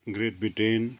great Britain